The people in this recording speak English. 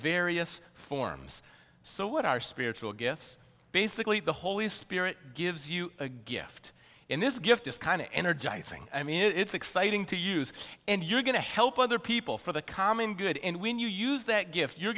various forms so what are spiritual gifts basically the holy spirit gives you a gift in this gift this kind of energizing i mean it's exciting to use and you're going to help other people for the common good and when you use that gift you're